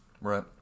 right